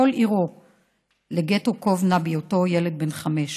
כל עירו לגטו קובנה בהיותו ילד בן חמש.